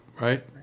right